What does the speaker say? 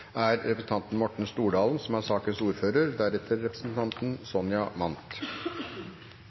er representanten Erlend Wiborg, som er ordfører for saken, deretter